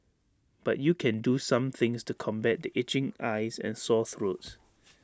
but you can do some things to combat the itching eyes and sore throats